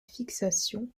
fixation